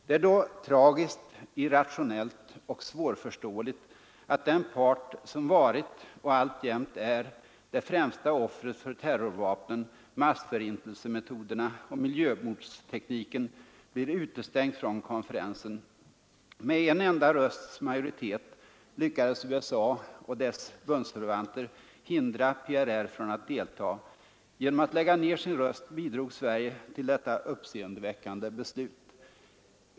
Det är då tragiskt, irrationellt och svårförståeligt att den part som varit och alltjämt är det främsta offret för terrorvapnen, massförintelsemetoderna och miljömordstekniken blir utestängd från konferensen. Med en enda rösts majoritet lyckades USA och dess bundsförvanter hindra PRR från att delta. Genom att lägga ner sin röst bidrog Sverige till detta uppseendeväckande beslut.